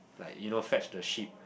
like you know fetch the ship